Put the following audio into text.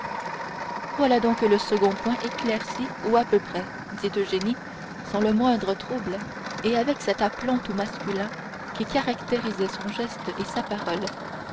voilà donc le second point éclairci ou à peu près dit eugénie sans le moindre trouble et avec cet aplomb tout masculin qui caractérisait son geste et sa parole